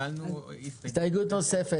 הסתייגות נוספת.